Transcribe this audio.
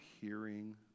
hearing